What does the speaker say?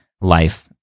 life